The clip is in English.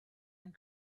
and